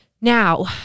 Now